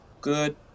Good